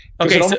Okay